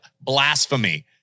blasphemy